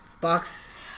box